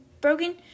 broken